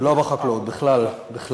לא בחקלאות, בכלל.